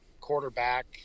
quarterback